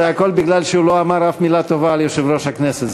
הכול מפני שהוא לא אמר אף מילה טובה על יושב-ראש הכנסת,